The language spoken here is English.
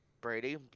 Brady